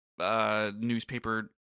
newspaper